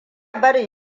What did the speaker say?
barin